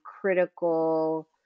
critical